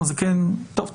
לא.